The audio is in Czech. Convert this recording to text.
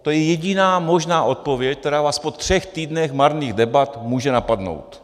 To je jediná možná odpověď, která vás po třech týdnech marných debat může napadnout.